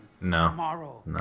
No